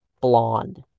blonde